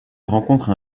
rencontre